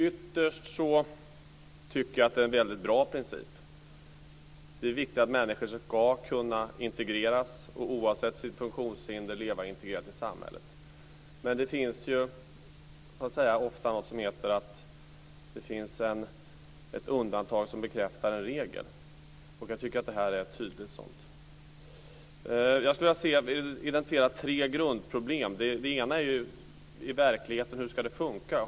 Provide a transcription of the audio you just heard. Ytterst tycker jag att det är en mycket bra princip. Det är viktigt att människor ska kunna integreras och oavsett sitt funktionshinder leva integrerat i samhället. Men det finns ofta något som heter att undantaget bekräftar regeln. Jag tycker att detta är ett tydligt sådant. Jag skulle vilja identifiera tre grundproblem. Det ena är verkligheten. Hur ska det funka?